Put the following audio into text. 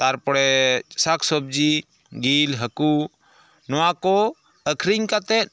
ᱛᱟᱨᱯᱚᱨᱮᱻ ᱥᱟᱠ ᱥᱚᱵᱡᱤ ᱡᱤᱞ ᱦᱟᱹᱠᱩ ᱱᱚᱣᱟ ᱠᱚ ᱟᱹᱠᱷᱨᱤᱧ ᱠᱟᱛᱮ